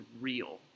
real